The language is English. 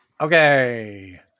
Okay